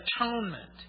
atonement